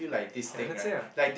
say ah